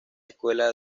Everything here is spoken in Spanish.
escuela